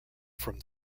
from